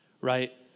right